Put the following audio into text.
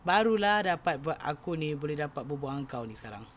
baru lah dapat buat aku ni boleh dapat berbual dengan kau ni sekarang